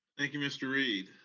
thank you, mr. reid,